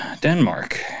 Denmark